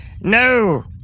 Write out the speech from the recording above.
no